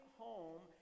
home